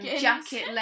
jacket